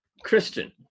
Christian